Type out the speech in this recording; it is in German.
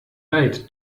leid